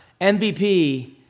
MVP